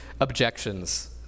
objections